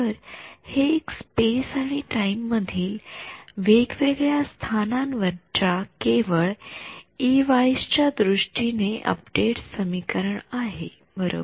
तर हे एक स्पेस आणि टाइम मधील वेगवेगळ्या स्थानांवरच्या केवळ इ वाईज च्यादृष्टीने अपडेट समीकरण आहे बरोबर